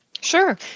Sure